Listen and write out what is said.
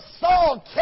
Saul